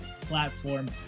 platform